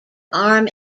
arm